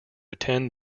attend